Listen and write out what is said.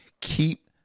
keep